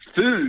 food